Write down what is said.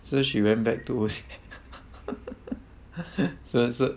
so she went back to O_C~ so so